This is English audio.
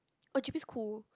oh G_P's cool